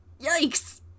Yikes